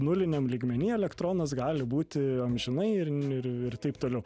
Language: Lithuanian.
nuliniam lygmeny elektronas gali būti amžinai ir taip toliau